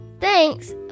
Thanks